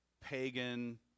pagan